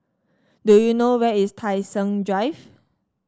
do you know where is Tai Seng Drive